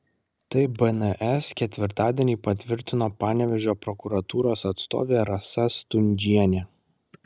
tai bns ketvirtadienį patvirtino panevėžio prokuratūros atstovė rasa stundžienė